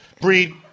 breed